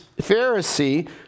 Pharisee